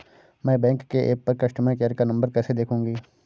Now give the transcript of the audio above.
मैं बैंक के ऐप पर कस्टमर केयर का नंबर कैसे देखूंगी?